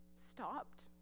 stopped